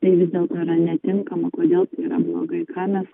tai vis dėlto yra netinkama kodėl tai yra blogai ką mes